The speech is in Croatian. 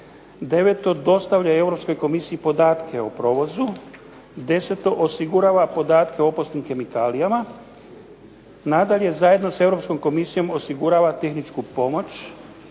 Deveto, dostavlja i Europskoj komisiji podatke o provozu. Deseto, osigurava podatke o opasnim kemikalijama. Nadalje, zajedno s Europskom komisijom osigurava tehničku pomoć.